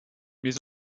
mes